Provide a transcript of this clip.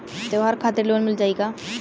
त्योहार खातिर लोन मिल जाई का?